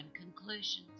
conclusions